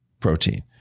Protein